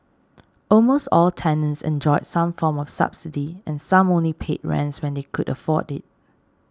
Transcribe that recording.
almost all tenants enjoyed some form of subsidy and some only paid rents when they could afford it